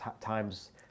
times